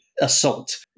assault